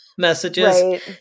messages